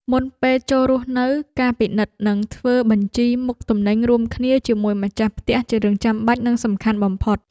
មុនពេលចូលរស់នៅការពិនិត្យនិងធ្វើបញ្ជីមុខទំនិញរួមគ្នាជាមួយម្ចាស់ផ្ទះជារឿងចាំបាច់និងសំខាន់បំផុត។